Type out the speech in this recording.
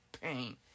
Pain